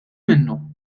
minnhom